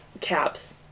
caps